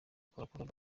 collabo